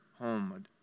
home